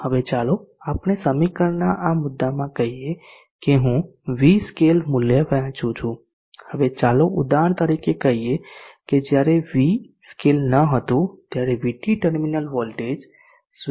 હવે ચાલો આપણે અહીં સમીકરણના આ મુદ્દામાં કહીએ કે હું v સ્કેલ મૂલ્ય વહેંચું છું હવે ચાલો ઉદાહરણ તરીકે કહીએ કે જ્યારે v સ્કેલ ન હતું ત્યારે vT ટર્મિનલ વોલ્ટેજ 0